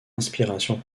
inspiration